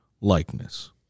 likeness